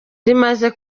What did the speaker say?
rimaze